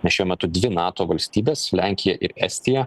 nes šiuo metu dvi nato valstybės lenkija ir estija